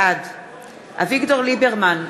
בעד אביגדור ליברמן,